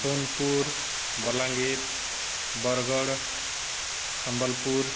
Sonepur Bolangir Bargarh Sambalpur